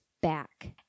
back